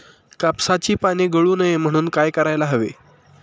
कापसाची पाने गळू नये म्हणून काय करायला हवे?